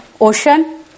ocean